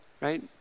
right